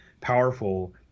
powerful